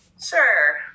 Sure